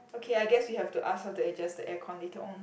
okay I guess we have to ask her to adjust the air con later on